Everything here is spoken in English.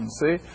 see